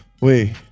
Wait